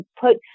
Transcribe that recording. put